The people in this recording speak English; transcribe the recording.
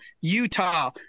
Utah